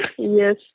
Yes